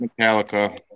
Metallica